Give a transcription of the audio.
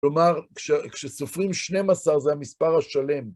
כלומר, כשסופרים שניים עשר זה המספר השלם.